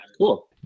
cool